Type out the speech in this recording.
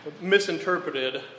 misinterpreted